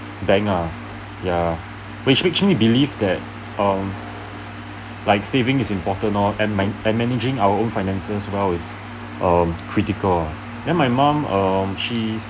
bank uh ya which makes me believe that um like saving is important lor and man and managing our own finances well is um critical uh then my mum um she's